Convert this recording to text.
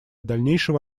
дальнейшего